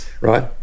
Right